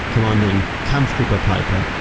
commanding kampfgruppe peiper,